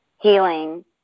healing